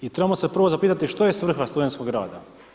I trebamo se prvo zapitati što je svrha studentskog rada.